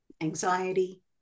anxiety